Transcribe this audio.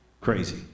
Crazy